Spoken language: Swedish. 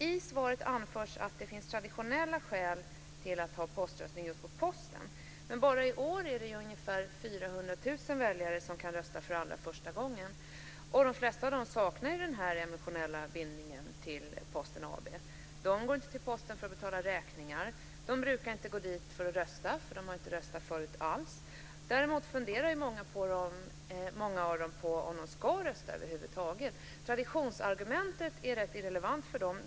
I svaret anförs att det finns traditionella skäl till att ha poströstning på just Posten. Men bara i år är det ungefär 400 000 väljare som kan rösta för allra första gången. De flesta av dessa saknar den här emotionella bindningen till Posten AB. De går inte till Posten för att betala räkningar. Inte heller brukar de gå dit för att rösta - de har ju inte röstat förut. Många av dem funderar i stället på om de över huvud taget ska rösta. Traditionsargumentet är rätt irrelevant för dem.